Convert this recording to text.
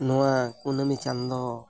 ᱱᱚᱣᱟ ᱠᱩᱱᱟᱹᱢᱤ ᱪᱟᱸᱫᱚ